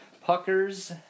Puckers